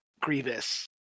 Grievous